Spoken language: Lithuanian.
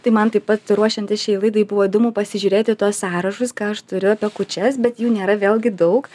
tai man taip pat ruošiantis šiai laidai buvo įdomu pasižiūrėti tuos sąrašus ką aš turiu apie kūčias bet jų nėra vėlgi daug